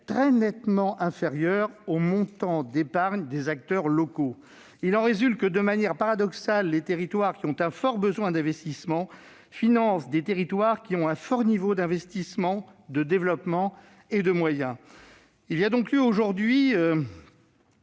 très nettement inférieur au montant de l'épargne des acteurs locaux. Il en résulte que, de manière paradoxale, les territoires qui ont un fort besoin d'investissement financent des territoires qui ont un fort niveau d'investissement, de développement et de moyens. Il y a donc lieu aujourd'hui,